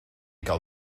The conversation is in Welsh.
gael